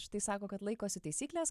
štai sako kad laikosi taisyklės